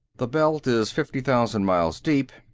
the belt is fifty thousand miles deep,